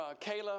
Kayla